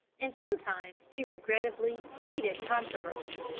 and sometimes to regrettably heated controversy.